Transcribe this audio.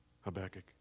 Habakkuk